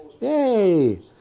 Yay